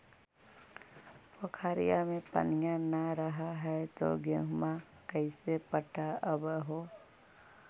पोखरिया मे पनिया न रह है तो गेहुमा कैसे पटअब हो?